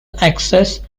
access